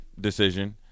decision